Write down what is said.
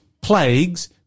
plagues